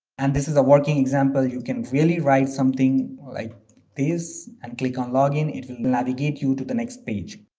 and this is a working example you can really write something like this and click on login it will navigate you to the next page